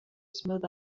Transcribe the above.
smooth